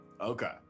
Okay